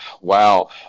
wow